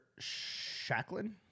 Shacklin